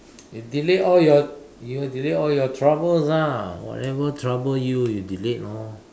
if delete all your you delete all your troubles ah whatever troubles you you delete lor